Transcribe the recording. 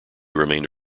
remained